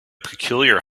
peculiar